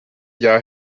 jahr